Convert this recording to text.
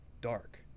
dark